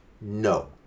No